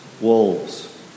wolves